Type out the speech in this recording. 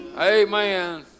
Amen